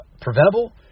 preventable